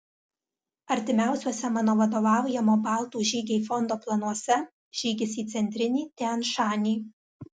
artimiausiuose mano vadovaujamo baltų žygiai fondo planuose žygis į centrinį tian šanį